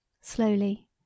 Slowly